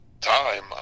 time